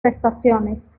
prestaciones